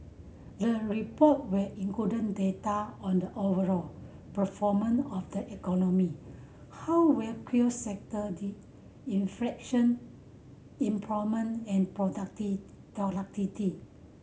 the report will include data on the overall performance of the economy how various sector did inflation employment and